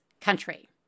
country